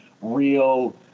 real